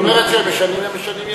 את אומרת, הם משנים יפה.